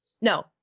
No